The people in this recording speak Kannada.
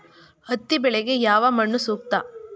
ಹತ್ತಿ ಬೆಳೆಗೆ ಯಾವ ಮಣ್ಣು ಸೂಕ್ತ?